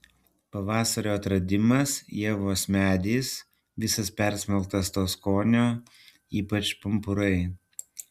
pavasario atradimas ievos medis visas persmelktas to skonio ypač pumpurai